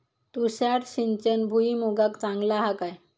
तुषार सिंचन भुईमुगाक चांगला हा काय?